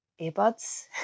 earbuds